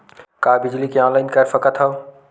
का बिजली के ऑनलाइन कर सकत हव?